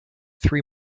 three